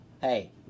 hey